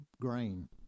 grain